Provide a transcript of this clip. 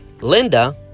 linda